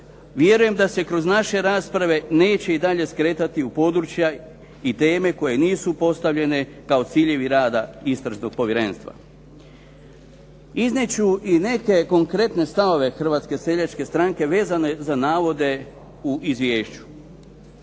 vjerujem da se kroz naše rasprave neće i dalje skretati u područja i teme koje nisu postavljene kao ciljevi rada istražnog povjerenstva. Iznijet ću i neke konkretne stavove Hrvatske seljačke stranke vezane za navode u izvješću.